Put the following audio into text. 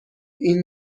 این